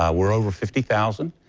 ah we're over fifty thousand.